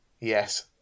Yes